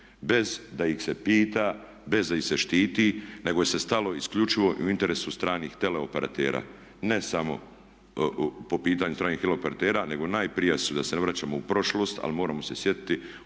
bez da ih se pita, bez da ih se štiti nego se stalo isključivo u interesu stranih teleoperatera. Ne samo po pitanju stranih teleoperatera nego najprije da se ne vraćamo u prošlost, ali moramo se sjetiti ono